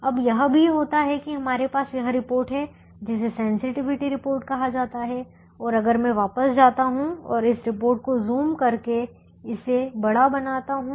अब यह भी होता है कि हमारे पास यह रिपोर्ट है जिसे सेंसटिविटी रिपोर्ट कहा जाता है और अगर मैं वापस जाता हूं और इस रिपोर्ट को ज़ूम करके इसे बड़ा बनाता हूं